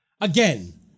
Again